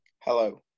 Hello